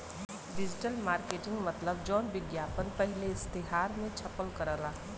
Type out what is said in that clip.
digital marketing मतलब जौन विज्ञापन पहिले इश्तेहार मे छपल करला